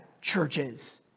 churches